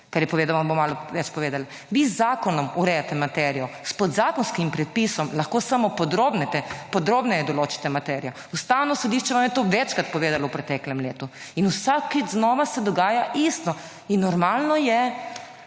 kar je povedal, / nerazumljivo/ več povedali. Vi z zakonom urejate materijo, s podzakonskim predpisom lahko samo podrobneje določite materijo. Ustavno sodišče vam je to večkrat povedalo v preteklem letu in vsakič znova se dogaja isto in normalno je,